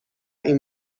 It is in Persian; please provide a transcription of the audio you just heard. این